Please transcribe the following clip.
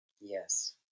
Yes